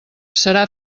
serà